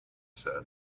said